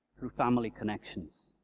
through family connections,